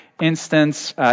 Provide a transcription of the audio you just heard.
instance